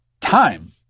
time